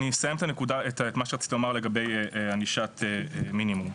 אסיים את מה שרציתי לומר לגבי ענישת מינימום: